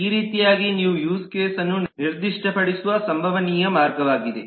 ಈ ರೀತಿಯಾಗಿ ನೀವು ಯೂಸ್ ಕೇಸ್ನ್ನು ನಿರ್ದಿಷ್ಟ ಪಡಿಸುವ ಸಂಭವನೀಯ ಮಾರ್ಗವಾಗಿದೆ